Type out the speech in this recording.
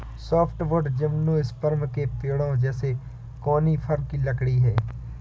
softwood gymnosperm के पेड़ों जैसे कॉनिफ़र की लकड़ी है